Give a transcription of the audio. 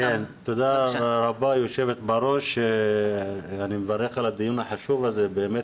תודה הרבה היו"ר אני מברך על הדיון הבאמת